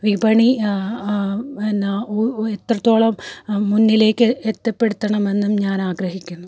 വിപണി പിന്നെ എത്രത്തോളം മുന്നിലേക്ക് എത്തിപ്പെടുത്തണമെന്നും ഞാൻ ആഗ്രഹിക്കുന്നു